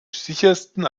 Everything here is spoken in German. sichersten